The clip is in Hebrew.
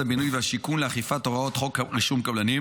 הבינוי והשיכון לאכיפת הוראות חוק רישום קבלנים.